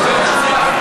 לרשותך.